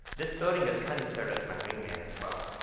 this building just kind of served as my wing man as well.